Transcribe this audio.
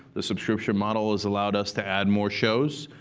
the subscription model has allowed us to add more shows,